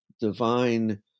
divine